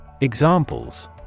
Examples